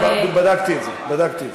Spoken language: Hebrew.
דקה, דקה.